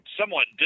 somewhat